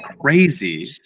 crazy